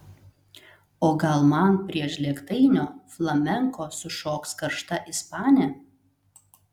o gal man prie žlėgtainio flamenko sušoks karšta ispanė